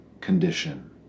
condition